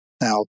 Now